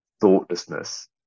thoughtlessness